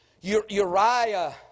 Uriah